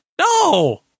No